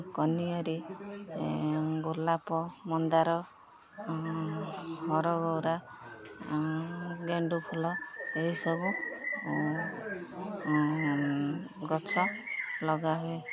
କନିଅରି ଗୋଲାପ ମନ୍ଦାର ହରଗୌରା ଗେଣ୍ଡୁ ଫୁଲ ଏହିସବୁ ଗଛ ଲଗା ହୁୁଏ